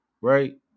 right